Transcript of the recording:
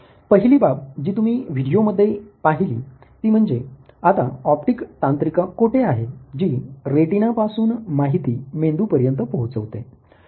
पहिली बाब जी तुम्ही व्हिडीओ मध्ये पहिली ती म्हणजे आता ऑप्टीक तांत्रिका कोठे आहे जी रेटीना पासून माहिती मेंदूपर्यंत पोहचवते